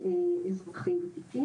בדיוק.